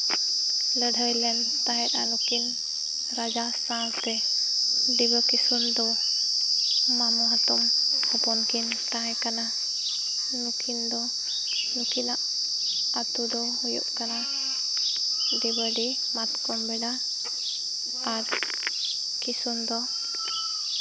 ᱞᱟᱹᱲᱦᱟᱹᱭ ᱞᱮᱫ ᱛᱟᱦᱮᱱᱟ ᱱᱩᱠᱤᱱ ᱨᱟᱡᱟ ᱥᱟᱶᱛᱮ ᱰᱤᱵᱟᱹ ᱠᱤᱥᱩᱱ ᱫᱚ ᱢᱟᱢᱚ ᱦᱟᱛᱚᱢ ᱦᱚᱯᱚᱱ ᱠᱤᱱ ᱛᱟᱦᱮᱸ ᱠᱟᱱᱟ ᱱᱩᱠᱤᱱ ᱫᱚ ᱱᱩᱠᱤᱱᱟᱜ ᱟᱹᱛᱩ ᱫᱚ ᱦᱩᱭᱩᱜ ᱠᱟᱱᱟ ᱰᱤᱵᱟᱹᱰᱤ ᱢᱟᱛᱠᱚᱢ ᱵᱮᱰᱟ ᱟᱨ ᱠᱤᱥᱩᱱ ᱫᱚ